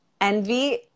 Envy